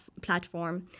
platform